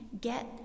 get